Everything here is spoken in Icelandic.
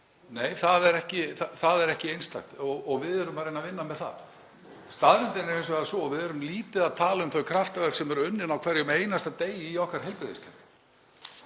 Nei, það er ekki einstakt og við erum að reyna að vinna með það. Staðreyndin er hins vegar sú að við erum lítið að tala um þau kraftaverk sem eru unnin á hverjum einasta degi í okkar heilbrigðiskerfi.